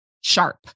sharp